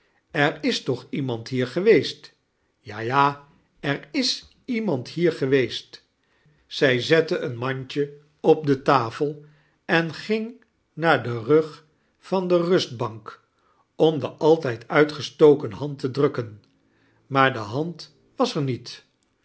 er is toch iemand hier geweest ja ja er is iemand hier geweest zij zette een mandje op de tafel en ging naar den rug van de rustbank om de altijd uitgestoken hand te drukken maar de hand was er niet